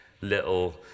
little